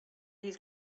his